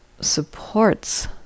supports